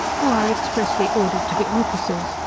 who are expressly ordered to be officers,